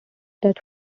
that